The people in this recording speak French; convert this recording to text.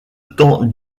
temps